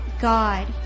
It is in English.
God